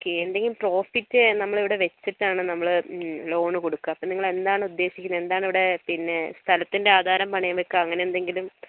okay എന്തെങ്കിലും profit നമ്മൾ ഇവിടെ വെച്ചിട്ട് ആണ് നമ്മൾ ലോണ് കൊടുക്കുക അപ്പോൾ നിങ്ങൾ എന്താണ് ഉദ്ദേശിക്കുന്നത് എന്താണ് ഇവിടെ പിന്നെ സ്ഥലത്തിൻ്റെ ആധാരം പണയം വെക്കുക അങ്ങനെ എന്തെങ്കിലും